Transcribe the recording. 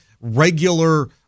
regular